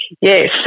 Yes